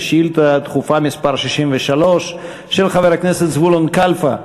שאילתה דחופה מס' 63 של חבר הכנסת זבולון קלפה בנושא: